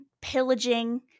pillaging